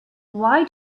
why